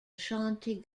ashanti